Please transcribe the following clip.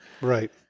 Right